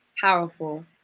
powerful